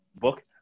book